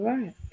Right